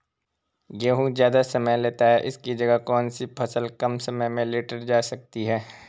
गेहूँ ज़्यादा समय लेता है इसकी जगह कौन सी फसल कम समय में लीटर जा सकती है?